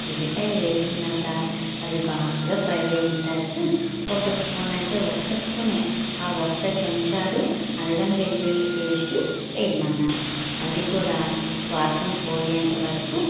ఉల్లిపాయలు వేసిన తర్వాత అవి బాగా ఫ్రై అయిన తర్వాత ఒక స్పూన్ అంటే ఒక్క స్పూనే ఆ ఒక్క చెంచాడు అల్లం వెల్లుల్లి పేస్టు వేయమన్నాను అది కూడా వాసన పోయేంత వరకు